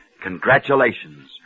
Congratulations